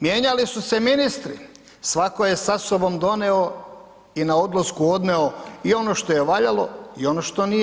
Mijenjali su se ministri, svatko je sa sobom doneo i na odlasku odneo i ono što je valjalo, i ono što nije.